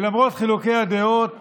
שלמרות חילוקי הדעות